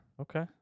Okay